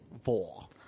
Four